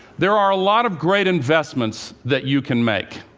there are a lot of great investments that you can make.